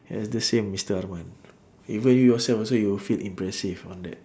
ya is the same mister arman even you yourself also you will feel impressive on that